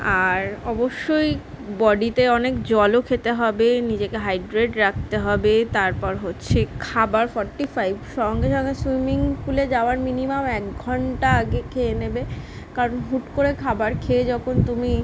আর অবশ্যই বডিতে অনেক জলও খেতে হবে নিজেকে হাইড্রেট রাখতে হবে তারপর হচ্ছে খাবার ফর্টি ফাইভ সঙ্গে সঙ্গে সুইমিংপুলে যাওয়ার মিনিমাম এক ঘন্টা আগে খেয়ে নেবে কারণ হুট করে খাবার খেয়ে যখন তুমি